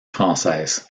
française